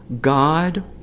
God